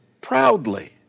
proudly